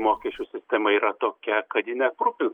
mokesčių sistema yra tokia kad ji neaprūpins